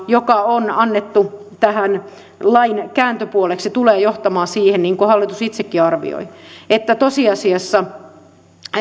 joka on annettu tähän lain kääntöpuoleksi tulee johtamaan siihen niin kuin hallitus itsekin arvioi että tosiasiassa